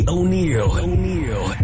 O'Neill